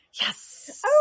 yes